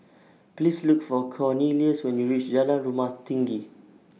Please Look For Cornelious when YOU REACH Jalan Rumah Tinggi